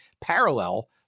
parallel